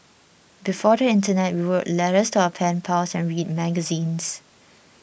before the internet we wrote letters to our pen pals and read magazines